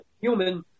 human